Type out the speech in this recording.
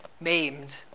maimed